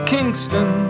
Kingston